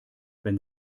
wenn